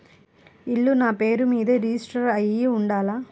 ఇల్లు నాపేరు మీదే రిజిస్టర్ అయ్యి ఉండాల?